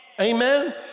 Amen